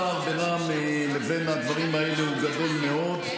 הפער בינם לבין הדברים האלו גדול מאוד.